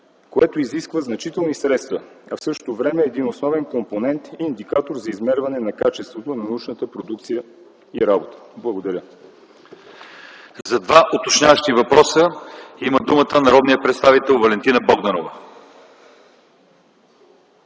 което изисква значителни средства, а в същото време е основен компонент и индикатор за измерване на качеството на научната продукция и работа. Благодаря. ПРЕДСЕДАТЕЛ ЛЪЧЕЗАР ИВАНОВ: За два уточняващи въпроса има думата народният представител Валентина Богданова.